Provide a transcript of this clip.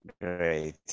Great